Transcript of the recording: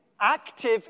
active